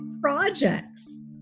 projects